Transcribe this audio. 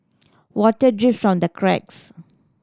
water drips from the cracks